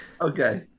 Okay